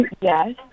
yes